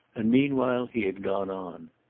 and meanwhile he had gone on.